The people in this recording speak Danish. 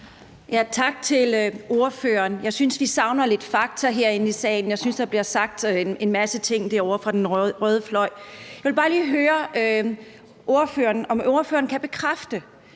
Tak til ordføreren. Jeg synes, vi savner lidt fakta herinde i salen. Jeg synes, der bliver sagt en masse ting derovre fra den røde fløj. Jeg vil bare lige høre ordføreren, om ordføreren kan bekræfte,